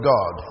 God